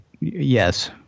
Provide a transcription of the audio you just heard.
Yes